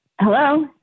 Hello